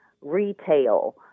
retail